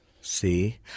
See